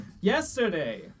Yesterday